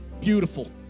beautiful